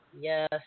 Yes